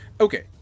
Okay